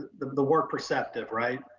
the the word perceptive, right?